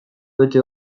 bete